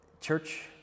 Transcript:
church